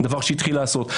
דבר שהתחיל להיעשות,